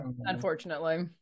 unfortunately